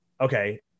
Okay